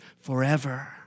forever